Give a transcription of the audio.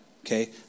okay